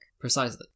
Precisely